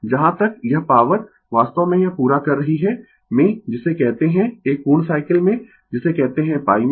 जहाँ तक यह पॉवर वास्तव में यह पूरा कर रही है में जिसे कहते है एक पूर्ण साइकिल में जिसे कहते है π में